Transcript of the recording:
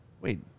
wait